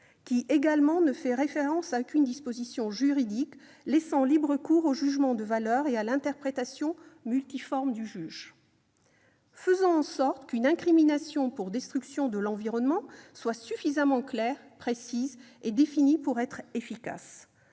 fait également référence à aucune disposition juridique, laissant libre cours aux jugements de valeur et à l'interprétation multiforme du juge. Faisons en sorte qu'une incrimination pour destruction de l'environnement soit suffisamment précise et définie pour être efficace.